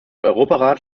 europarat